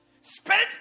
spent